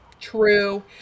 true